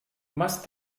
más